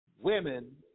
women